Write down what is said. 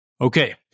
Okay